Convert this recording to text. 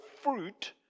fruit